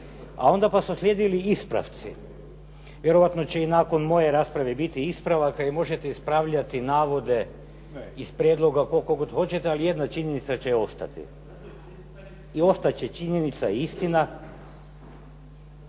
A onda su uslijedili ispravci. Vjerojatno će i nakon moje rasprave biti ispravaka jer možete ispravljati navode iz prijedloga koliko god hoćete, ali jedna činjenica će ostati. Ostat će činjenica istina